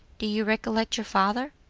do you recollect your father?